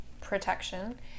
protection